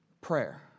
Prayer